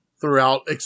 throughout